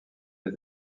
est